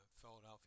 Philadelphia